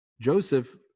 Joseph